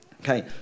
Okay